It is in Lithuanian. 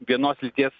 vienos lyties